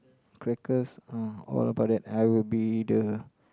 crackers ah all about that I will be the